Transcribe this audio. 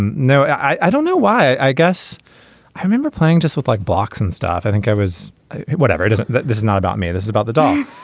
and no. i don't know why. i guess i remember playing just with like blocks and stuff. i think i was whatever it is that this is not about me. this is about the doll.